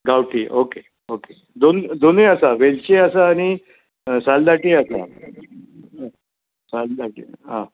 गांवटी okay okay दोनूय आसा वेलचीय आसा आनी सालदाटीय आसा सालदाटी आं